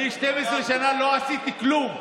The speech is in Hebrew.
אני 12 שנה לא עשיתי כלום,